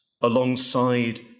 alongside